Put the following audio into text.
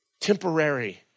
temporary